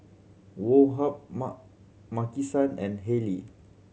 Woh Hup Mar Maki San and Haylee